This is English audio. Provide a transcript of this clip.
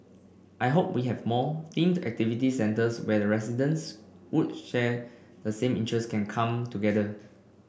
I hope we have more themed activity centres where residents would share the same interests can come together